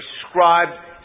prescribed